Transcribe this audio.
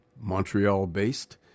Montreal-based